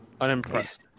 Unimpressed